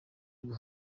rwo